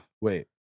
Wait